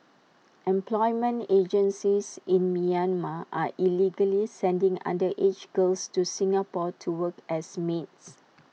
employment agencies in Myanmar are illegally sending underage girls to Singapore to work as maids